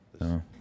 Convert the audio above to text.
No